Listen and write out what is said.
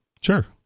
Sure